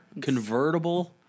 Convertible